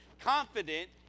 confident